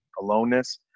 aloneness